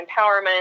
empowerment